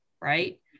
right